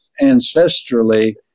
Ancestrally